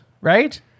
right